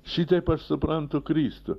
šitaip aš suprantu kristų